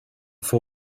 for